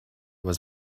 was